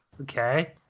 okay